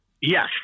Yes